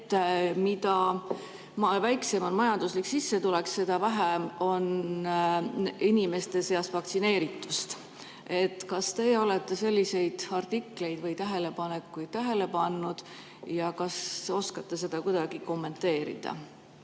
et mida väiksem on majanduslik sissetulek, seda vähem on inimeste seas vaktsineeritust. Kas teie olete selliseid artikleid või tähelepanekuid märganud ja kas oskate seda kuidagi kommenteerida?